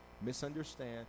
misunderstand